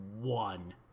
one